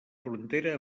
frontera